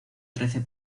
trece